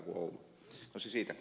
no se siitä